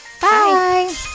Bye